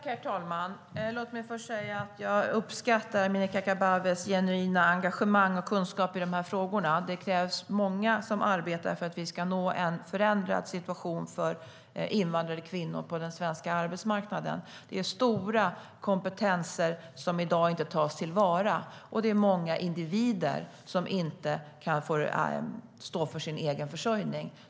Herr talman! Låt mig först säga att jag uppskattar Amineh Kakabavehs genuina engagemang och kunskap i de här frågorna. Det krävs många som arbetar för att vi ska nå en förändrad situation för invandrade kvinnor på den svenska arbetsmarknaden. Det är stor kompetens som i dag inte tas till vara, och det är många individer som inte kan stå för sin egen försörjning.